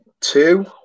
two